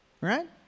Right